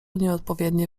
nieodpowiednie